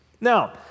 Now